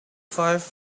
five